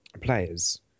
players